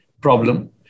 problem